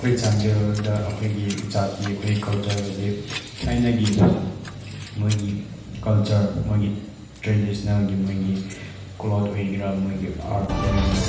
ꯑꯩꯈꯣꯏ ꯆꯥꯟꯗꯦꯜꯗ ꯑꯩꯈꯣꯏꯒꯤ ꯖꯥꯇꯤ ꯑꯩꯈꯣꯏ ꯀꯜꯆꯔꯗꯗꯤ ꯊꯥꯏꯅꯒꯤ ꯃꯣꯏꯒꯤ ꯀꯜꯆꯔ ꯃꯣꯏꯒꯤ ꯇ꯭ꯔꯦꯗꯤꯁꯟꯅꯦꯜꯒꯤ ꯃꯣꯏꯒꯤ ꯀ꯭ꯂꯣꯠ ꯑꯣꯏꯒꯦꯔꯥ ꯃꯣꯏꯒꯤ ꯑꯥꯔꯠ ꯃꯣꯏꯒꯤ